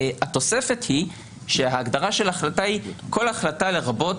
התוספת היא שההגדרה של ההחלטה היא כ"כל החלטה לרבות